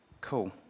Cool